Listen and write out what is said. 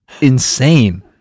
insane